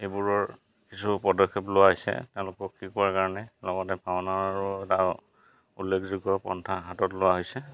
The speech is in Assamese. এইবোৰৰ কিছু পদক্ষেপ লোৱা হৈছে তেওঁলোকক শিকোৱাৰ কাৰণে লগতে ভাওনাৰো এটা উল্লেখযোগ্য পন্থাৰ হাতত লোৱা হৈছে